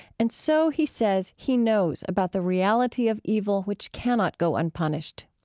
and so, he says, he knows about the reality of evil which cannot go unpunished.